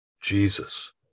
Jesus